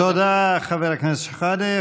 תודה, חבר הכנסת שחאדה.